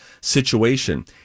situation